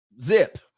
zip